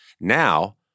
Now